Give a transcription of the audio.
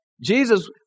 Jesus